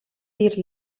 dir